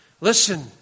Listen